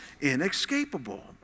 inescapable